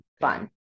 fun